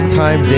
time